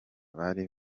bari